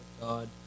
God